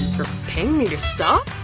paying me to stop?